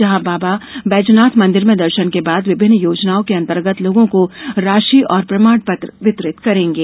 जहां बाबा बैजनाथ मंदिर में दर्शन के बाद विभिन्न योजनाओं के अंतर्गत लोगों को राशि और प्रमाण पत्र वितरित करेंगे